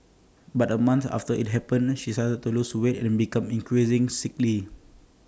but A month after IT happened she started to lose weight and became increasingly sickly